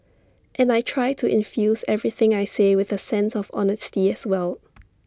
and I try to infuse everything I say with A sense of honesty as well